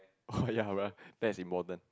oh ya bruh that is important